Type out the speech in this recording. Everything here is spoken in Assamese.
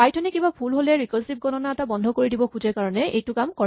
পাইথন এ কিবা ভুল হ'লে ৰিকাৰছিভ গণনা এটা বন্ধ কৰি দিব খোজে কাৰণে এইটো কাম কৰে